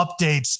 updates